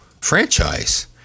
franchise